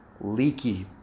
leaky